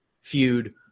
feud